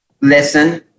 listen